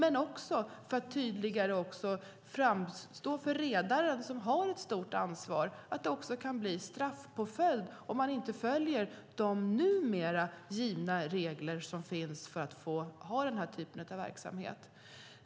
På så sätt kan man också tydligare framhålla för redaren, som har ett stort ansvar, att det kan bli straffpåföljd om man inte följer de numera givna regler som finns för att få ha den här typen av verksamhet.